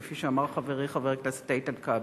כפי שאמר חברי חבר הכנסת איתן כבל.